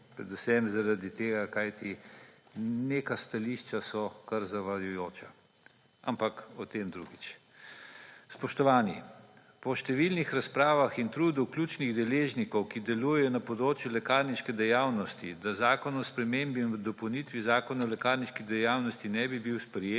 predvsem zaradi tega, ker neka stališča so kar zavajajoča, ampak o tem drugič. Spoštovani! Po številnih razpravah in trudu ključnih deležnikov, ki delujejo na področju lekarniške dejavnosti, da Zakon o spremembi in dopolnitvi Zakona o lekarniški dejavnosti ne bi bil sprejet,